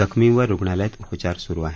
जखमींवर रुग्णालयात उपचार सुरु आहेत